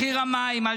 מחיר המים יעלה,